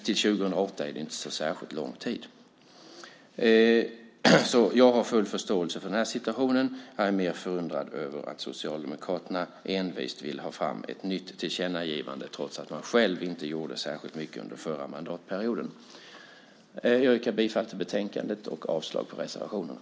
Till år 2008 är det inte särskilt lång tid. Jag har full förståelse för situationen. Jag är mer förundrad över att Socialdemokraterna envist vill ha fram ett nytt tillkännagivande trots att man själv inte gjorde särskilt mycket under förra mandatperioden. Jag yrkar bifall till utskottets förslag i betänkandet och avslag på reservationerna.